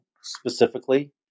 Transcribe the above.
specifically